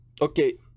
okay